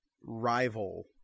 rival